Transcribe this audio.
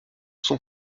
son